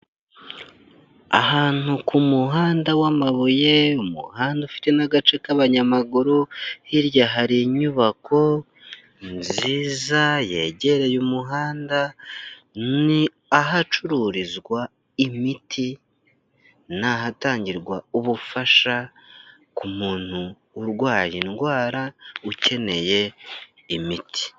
Ahantu ku muhanda w'amabuye, umuhanda ufite n'agace k'abanyamaguru, hirya hari inyubako nziza yegereye umuhanda, ni ahacururizwa imiti, ni ahatangirwa ubufasha ku muntu urwaye indwara ukeneye imiti.